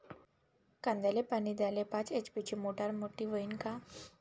कांद्याले पानी द्याले पाच एच.पी ची मोटार मोटी व्हईन का?